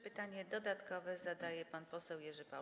Pytanie dodatkowe zadaje pan poseł Jerzy Paul.